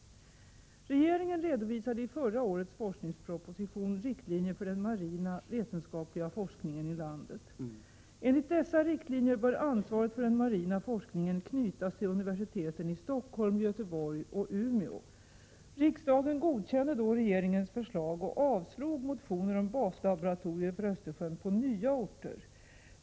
Regeringen redovisade i förra årets forskningsproposition riktlinjer för den marina vetenskapliga forskningen i landet. Enligt dessa riktlinjer bör ansvaret för den marina forskningen knytas till universiteten i Stockholm, Göteborg och Umeå. Riksdagen godkände då regeringens förslag och avslog motioner om baslaboratorier för Östersjön på nya orter.